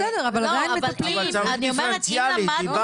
בסדר, אבל עדיין מטפלים בזה --- ולכן אנחנו